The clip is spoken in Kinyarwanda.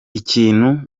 ikintu